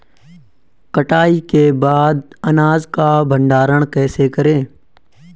कटाई के बाद अनाज का भंडारण कैसे करें?